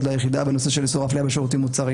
ליחידה בנושא של איסור הפליה במוצרים,